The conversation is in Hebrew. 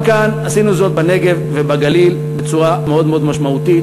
גם כאן עשינו זאת בנגב ובגליל בצורה מאוד משמעותית.